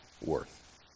worth